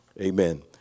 Amen